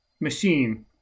machine